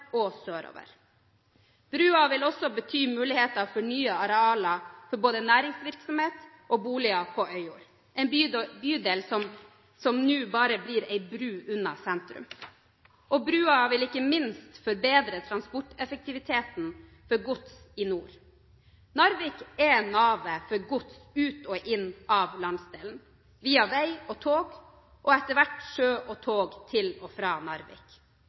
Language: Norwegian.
og sørover. Brua vil også bety muligheter for nye arealer for både næringsvirksomhet og boliger på Øyjord, en bydel som nå bare blir ei bru unna sentrum. Brua vil ikke minst forbedre transporteffektiviteten for gods i nord. Narvik er navet for gods ut og inn av landsdelen, via vei og tog, og etter hvert via sjø og tog til og fra Narvik.